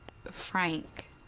Frank